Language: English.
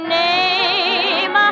name